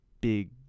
big